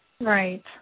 Right